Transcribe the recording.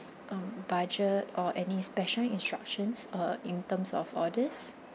um budget or any special instructions uh in terms of orders